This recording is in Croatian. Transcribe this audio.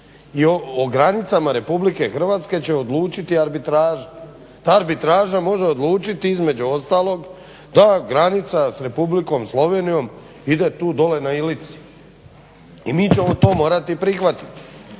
i o granicama RH će odlučiti arbitraža. Ta arbitraža može odlučiti između ostalog da granica s Republikom Slovenijom ide tu dolje na Ilici i mi ćemo to morati prihvatiti.